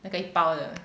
那个一包的